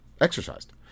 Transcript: exercised